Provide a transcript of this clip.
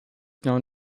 known